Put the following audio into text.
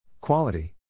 Quality